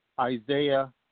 Isaiah